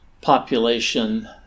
population